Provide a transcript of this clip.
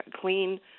clean